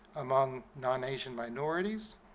among non-asian minorities,